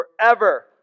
forever